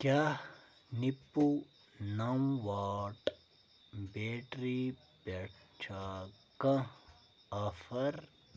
کیٛاہ نِپوٗ نو واٹ بیٹری پٮ۪ٹھ چھا کانٛہہ آفر